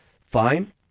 fine